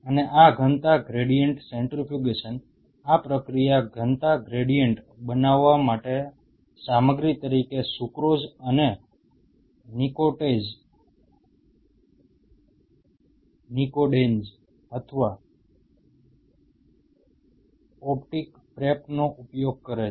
અને આ ઘનતા ગ્રેડિએન્ટ સેન્ટ્રીફ્યુગેશન આ પ્રક્રિયા ઘનતા ગ્રેડિએન્ટ બનાવવા માટે સામગ્રી તરીકે સુક્રોઝ અથવા નિકોડેન્ઝ અથવા ઓપ્ટિક પ્રેપનો ઉપયોગ કરે છે